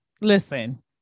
Listen